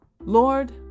Lord